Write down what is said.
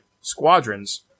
squadrons